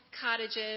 cottages